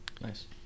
Nice